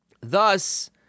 Thus